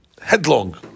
Headlong